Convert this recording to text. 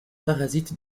parasite